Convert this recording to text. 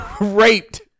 raped